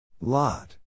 Lot